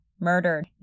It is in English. murdered